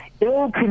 ill